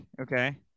Okay